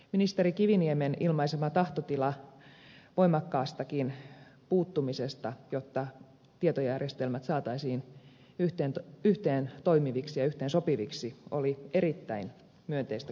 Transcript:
ministeri kiviniemen ilmaisema tahtotila voimakkaastakin puuttumisesta jotta tietojärjestelmät saataisiin yhteentoimiviksi ja yhteensopiviksi oli erittäin myönteistä kuultavaa